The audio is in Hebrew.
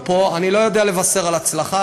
ופה אני לא יודע לבשר על הצלחה,